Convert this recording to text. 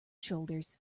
shoulders